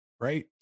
right